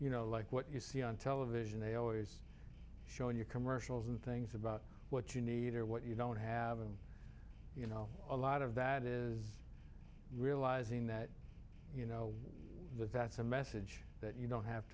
you know like what you see on television they always show you commercials and things about what you need or what you don't have and you know a lot of that is realizing that you know that that's a message that you don't have